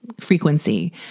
frequency